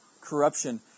Corruption